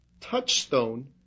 touchstone